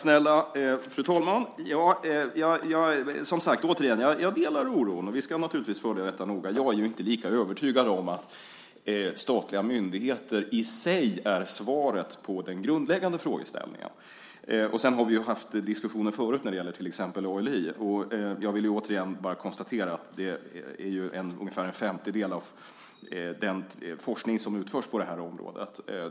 Fru talman! Återigen: Jag delar oron. Vi ska naturligtvis följa detta noga. Jag är inte lika övertygad om att statliga myndigheter i sig är svaret på den grundläggande frågeställningen. Vi har haft diskussioner förut när det gäller till exempel ALI. Jag vill återigen konstatera att det är ungefär en femtedel av den forskning som utförs på det området.